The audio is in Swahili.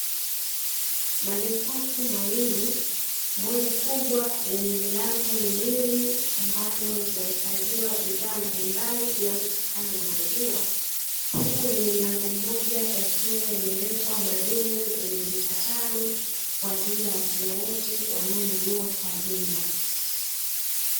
Majokofu mawili, moja kubwa lenye milango miwili ambalo zinahifadhiwa bidhaa mbalimbali zinazotokana na maziwa, huku lenye mlango mmoja yakiwa yamewekwa madumu yenye lita tano kwa ajili ya wateja wote wanaonunua kwa jumla.